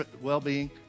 well-being